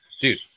dude